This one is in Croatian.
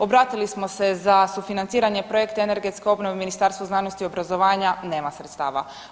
Obratili smo se za sufinanciranje projekta energetske obnove Ministarstvu znanosti i obrazovanja, nema sredstava.